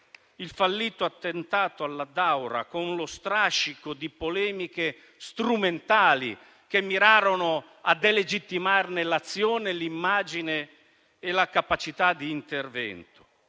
il fallito attentato all'Addaura, con lo strascico di polemiche strumentali che mirarono a delegittimarne l'azione, l'immagine e la capacità di intervento.